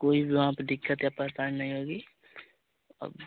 कोई भी वहाँ पर दिक्कत या परेशानी नहीं होगी अब